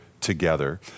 together